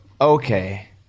Okay